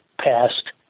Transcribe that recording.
passed